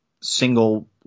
single